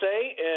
say